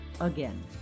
again